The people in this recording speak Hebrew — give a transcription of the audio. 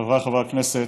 חבריי חברי הכנסת,